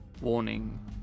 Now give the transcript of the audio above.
warning